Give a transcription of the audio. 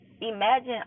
imagine